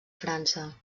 frança